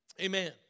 Amen